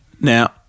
Now